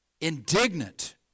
indignant